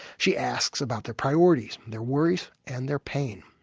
she asks about their priorities, their worries and their pain.